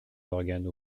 d’organes